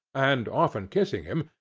and often kissing him,